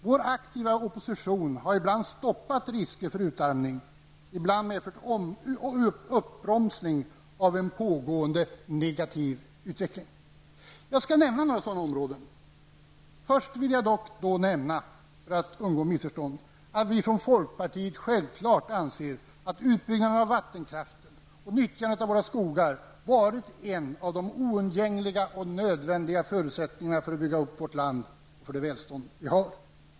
Vår aktiva opposition har ibland stoppat risker för utarmning, ibland medfört uppbromsning av en pågående negativ utveckling. Jag skall nämna några sådana områden. För att undvika missförstånd vill jag först dock nämna att vi från folkpartiet anser självfallet att utbyggnaden av vattenkraften och nyttjandet av våra skogar varit en av de oundgängliga och nödvändiga förutsättningarna för att bygga upp vårt land och det välstånd vi har.